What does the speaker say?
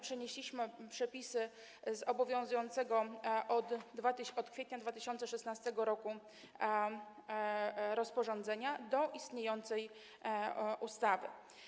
Przenieśliśmy przepisy z obowiązującego od kwietnia 2016 r. rozporządzenia do istniejącej ustawy.